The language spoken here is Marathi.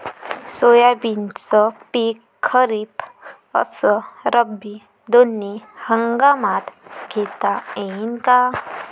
सोयाबीनचं पिक खरीप अस रब्बी दोनी हंगामात घेता येईन का?